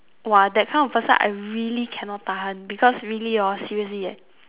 !wah! that kind of person I really cannot tahan because really hor seriously leh